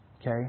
Okay